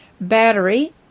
Battery